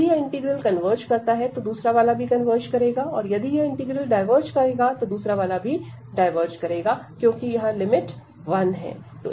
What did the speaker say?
यदि यह integral converge करता है तो दूसरा वाला भी कन्वर्ज करेगा और यदि यह इंटीग्रल डायवर्ज करेगा तो दूसरा वाला भी डायवर्ज करेगा क्योंकि यहां लिमिट 1 है